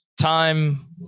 time